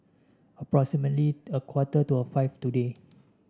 approximately a quarter to five today